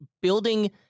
building